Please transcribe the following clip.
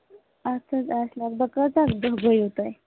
اَتھ حظ اَتھ لَگ بَگ کٲتیٛاہ دۄہ گٔیوٕ تۄہہِ